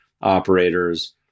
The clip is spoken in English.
operators